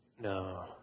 No